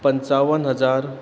पंचावन हजार